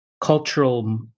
cultural